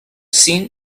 seen